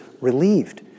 relieved